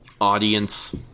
audience